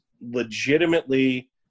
legitimately